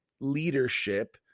leadership